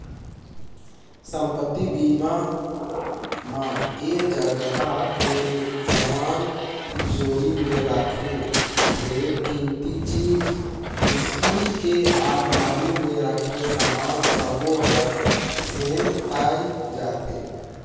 संपत्ति बीमा म ऐ जगह के समान तिजोरी मे राखे ढेरे किमती चीच स्टील के अलमारी मे राखे समान सबो हर सेंइताए जाथे